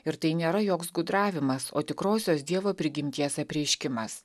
ir tai nėra joks gudravimas o tikrosios dievo prigimties apreiškimas